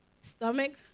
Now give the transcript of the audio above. stomach